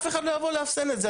אף אחד לא יבוא לאפסן את זה,